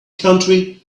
country